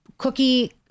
cookie